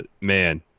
man